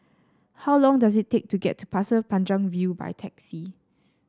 how long does it take to get to Pasir Panjang View by taxi